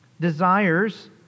desires